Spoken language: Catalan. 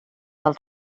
del